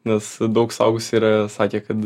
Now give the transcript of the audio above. nes daug suaugusių yra sakę kad